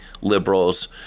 Liberals